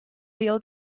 wheel